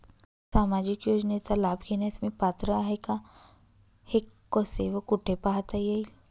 सामाजिक योजनेचा लाभ घेण्यास मी पात्र आहे का हे कसे व कुठे पाहता येईल?